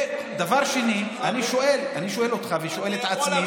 ודבר שני, אני שואל, שואל אותך ושואל את עצמי,